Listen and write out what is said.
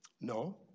No